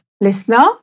Listener